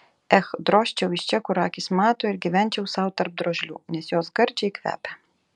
ech drožčiau iš čia kur akys mato ir gyvenčiau sau tarp drožlių nes jos gardžiai kvepia